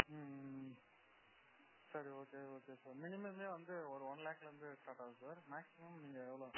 ம் ம் ம் சரி ஓகே ஓகே சார் மினிமமே வந்து ஒரு ஒன் லாக்லேந்து ஸ்டாட் ஆகுது சார் மேக்ஸிமம் நீங்கள் எவ்வளோ